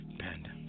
panda